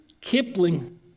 Kipling